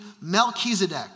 Melchizedek